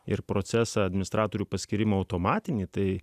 ir procesą administratorių paskyrimo automatinį tai